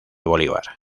bolívar